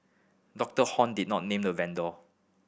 Doctor Hon did not name the vendor